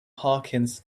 harkins